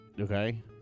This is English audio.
Okay